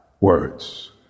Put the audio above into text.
words